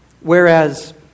Whereas